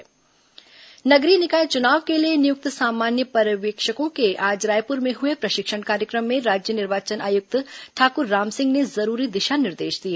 नगरीय निकाय चुनाव नगरीय निकाय चुनाव के लिए नियुक्त सामान्य पर्यवेक्षकों के आज रायपुर में हुए प्रशिक्षण कार्यक्रम में राज्य निर्वाचन आयुक्त ठाकुर रामसिंह ने जरूरी दिशा निर्देश दिए